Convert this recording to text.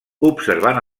observant